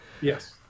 Yes